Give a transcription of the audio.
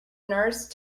nurse